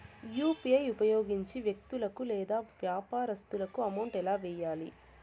UPI ఉపయోగించి వ్యక్తులకు లేదా వ్యాపారస్తులకు అమౌంట్ ఎలా వెయ్యాలి